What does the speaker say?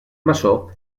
maçó